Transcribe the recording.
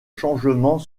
changement